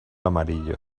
amarillo